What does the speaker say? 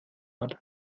hat